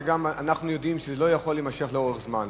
אנחנו יודעים שזה לא יכול להימשך לאורך זמן